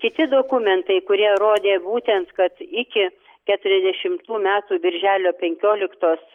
kiti dokumentai kurie rodė būtent kad iki keturiasdešimtų metų birželio penkioliktosios